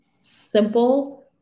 simple